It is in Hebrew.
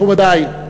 מכובדי,